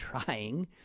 trying